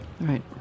right